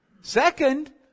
Second